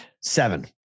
Seven